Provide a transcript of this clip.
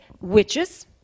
witches